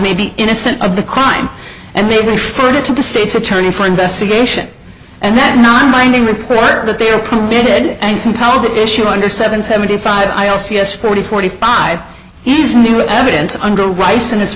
may be innocent of the crime and they referred it to the state's attorney for investigation and that non binding report that they are permitted and compelled to issue under seven seventy five i also yes forty forty five is new evidence under rice and